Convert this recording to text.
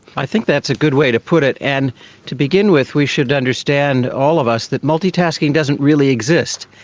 i think that's a good way to put it, and to begin with we should understand, all of us, that multitasking doesn't really exist,